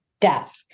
death